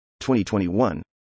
2021